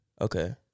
Okay